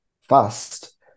fast